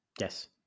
Yes